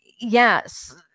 yes